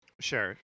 Sure